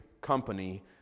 company